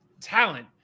talent